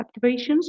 activations